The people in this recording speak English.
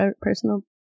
personal